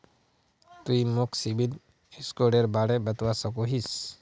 तुई मोक सिबिल स्कोरेर बारे बतवा सकोहिस कि?